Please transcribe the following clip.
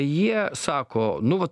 jie sako nu va